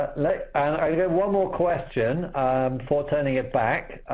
like i have one more question before turning it back.